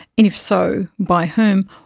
and if so, by whom.